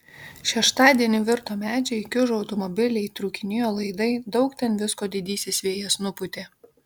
šeštadienį virto medžiai kiužo automobiliai trūkinėjo laidai daug ten visko didysis vėjas nupūtė